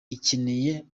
ikeneye